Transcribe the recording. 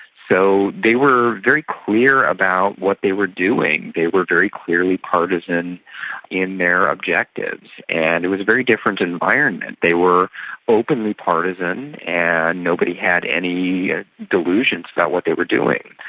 so they were very clear about what they were doing, they were very clearly partisan in their objectives. and it was a very different environment. they were openly partisan and nobody had any delusions about what they were doing.